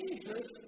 Jesus